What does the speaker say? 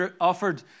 offered